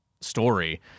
story